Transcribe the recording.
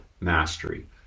mastery